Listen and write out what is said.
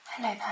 Hello